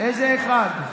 איזה אחד?